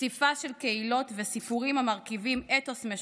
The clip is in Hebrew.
פסיפס של קהילות וסיפורים המרכיבים אתוס משותף,